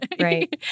right